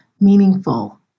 meaningful